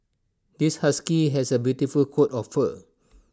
this husky has A beautiful coat of fur